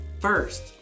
first